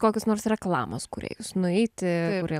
kokius nors reklamos kūrėjus nueiti prie